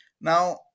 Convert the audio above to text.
Now